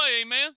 amen